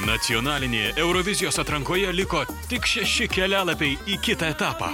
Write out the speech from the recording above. nacionalinėje eurovizijos atrankoje liko tik šeši kelialapiai į kitą etapą